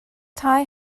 tai